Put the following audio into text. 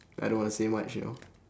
I don't want to say much you know